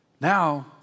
Now